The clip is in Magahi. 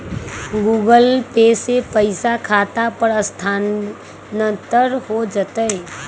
गूगल पे से पईसा खाता पर स्थानानंतर हो जतई?